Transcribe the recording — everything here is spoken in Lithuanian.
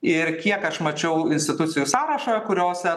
ir kiek aš mačiau institucijų sąrašą kuriose